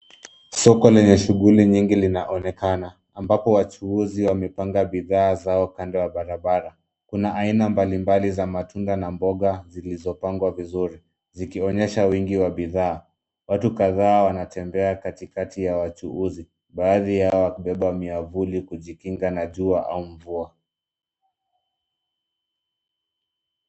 Soko lenye shughuli nyingi linaonekana, ambapo wachuuzi wamepanga bidhaa zao kando ya barabara. Kuna aina mbalimbali za matunda na mboga zilizopangwa vizuri, zikionyesha wingi wa bidhaa. Watu kadhaa wanatembea katikati ya wachuzi, baadhi yao wamebeba miavuli kujikinga na jua au mvua.